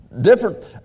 different